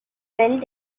built